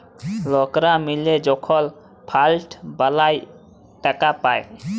লকরা মিলে যখল ফাল্ড বালাঁয় টাকা পায়